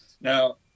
now